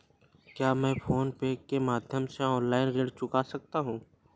क्या मैं फोन पे के माध्यम से ऑनलाइन ऋण चुका सकता हूँ?